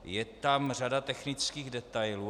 Je tam řada technických detailů.